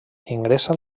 ingressa